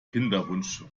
kinderwunsch